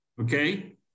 Okay